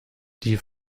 die